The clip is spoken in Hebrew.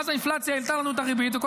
אז האינפלציה העלתה לנו את הריבית וכל